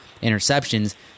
interceptions